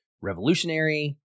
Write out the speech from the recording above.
revolutionary